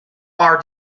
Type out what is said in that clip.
are